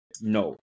no